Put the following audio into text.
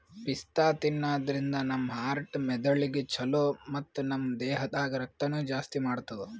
ಪಿಸ್ತಾ ತಿನ್ನಾದ್ರಿನ್ದ ನಮ್ ಹಾರ್ಟ್ ಮೆದಳಿಗ್ ಛಲೋ ಮತ್ತ್ ನಮ್ ದೇಹದಾಗ್ ರಕ್ತನೂ ಜಾಸ್ತಿ ಮಾಡ್ತದ್